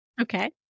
Okay